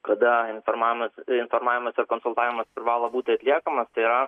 kada informavimas informavimas ir konsultavimas privalo būti atliekamas tai yra